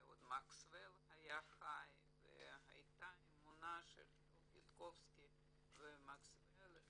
ועוד מקס וול היה חיי והייתה אמונה של דב יודקובסקי ומקס וול,